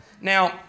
Now